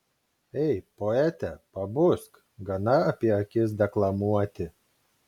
ei poete pabusk gana apie akis deklamuoti